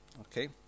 Okay